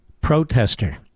protester